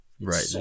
Right